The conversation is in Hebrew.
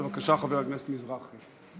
בבקשה, חבר הכנסת מזרחי.